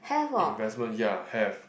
investment ya have